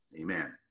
amen